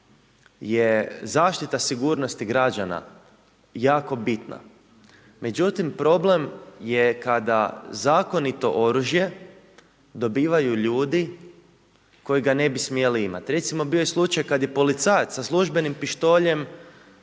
je zaštita sigurnosti građana jako bitna međutim problem je kada zakonito oružje dobivaju ljudi koji ga ne bi smjeli imat. Recimo, bio je slučaj kad je policajac sa službenim pištoljem